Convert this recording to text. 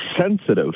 sensitive